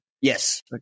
Yes